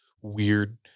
weird